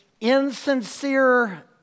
insincere